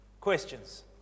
questions